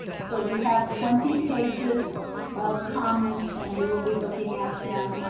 so we have twenty pages of comments and we will be looking at them.